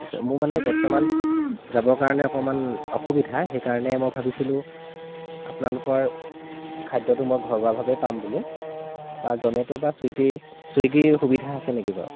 আছে মোৰ মানে বৰ্তমান যাবৰ কাৰণে অকণমান অসুবিধা সেইকাৰণে মই ভাবিছিলোঁ আপোনালোকৰ খাদ্য়টো মই ঘৰুৱাভাৱেই পাম বুলি বা জমেটো বা ছুইটীৰ ছুইগিৰ সুবিধা আছে নেকি বাৰু